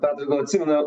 petrai gal atsimena